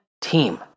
team